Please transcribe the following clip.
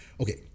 okay